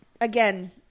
again